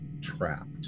trapped